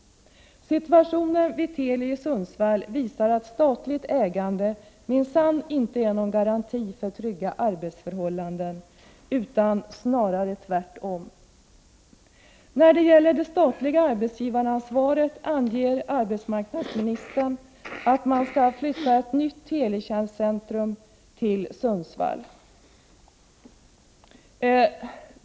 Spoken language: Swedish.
Situationen vid Teli i Sundsvall visar att statligt ägande minsann inte är någon garanti för trygga arbetsförhållanden, snarare tvärtom. När det gäller det statliga arbetsgivaransvaret säger arbetsmarknadsministern att man skall flytta ett nytt teletjänstcentrum till Sundsvall.